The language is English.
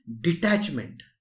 detachment